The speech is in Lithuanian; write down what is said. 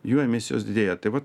jų emisijos didėja tai vat